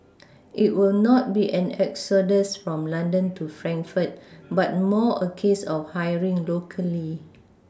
it will not be an exodus from London to Frankfurt but more a case of hiring locally